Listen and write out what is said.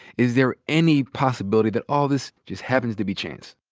is there any possibility that all this just happens to be chance?